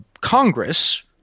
Congress